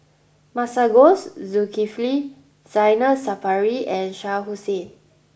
Masagos Zulkifli Zainal Sapari and Shah Hussain